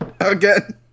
Again